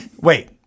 wait